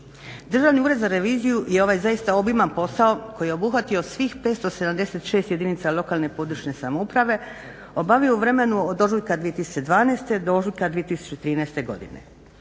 Državni ured za reviziju je ovaj zaista obiman posao koji je obuhvatio svih 576 jedinica lokalne, područne samouprave obavio u vremenu od ožujka 2012. do ožujka 2013. godine.